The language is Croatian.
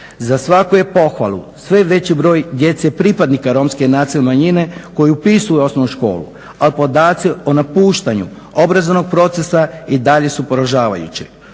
Za svaku je pohvalu sve veći broj djece pripadnika romske nacionalne manjine koji upisuju osnovnu školu, a podaci o napuštanju obrazovnog procesa i dalje su poražavajući.